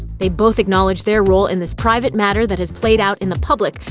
they both acknowledge their role in this private matter that has played out in the public.